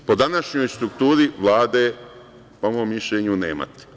Po današnjoj strukturi Vlade, po mom mišljenju nemate.